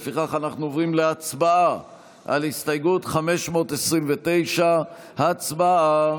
לפיכך אנחנו עוברים להצבעה על הסתייגות 529. הצבעה.